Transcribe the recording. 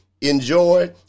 enjoy